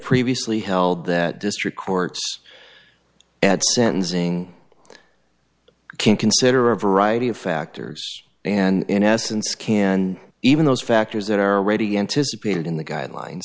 previously held that district courts at sentencing can consider a variety of factors and in essence can even those factors that are already anticipated in the guidelines